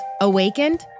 Awakened